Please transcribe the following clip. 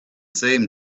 same